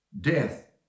Death